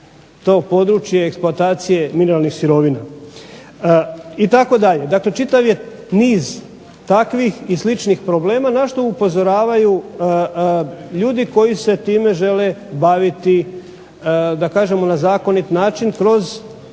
to područje eksploatacije mineralnih sirovina itd. Dakle čitav je niz takvih i sličnih problema, na što upozoravaju ljudi koji se time žele baviti, da kažemo na zakonit način, kroz